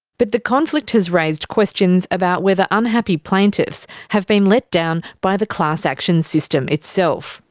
but the conflict has raised questions about whether unhappy plaintiffs have been let down by the class action system itself.